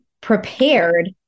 prepared